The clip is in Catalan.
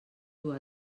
dur